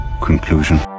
Conclusion